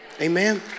Amen